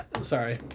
sorry